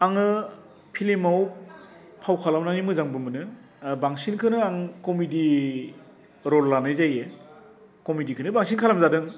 आङो फिल्मआव फाव खालामनानै मोजांबो मोनो ओ बांसिनखौनो आं कमिडि रल लानाय जायो कमिडिखौनो बांसिन खालाम जादों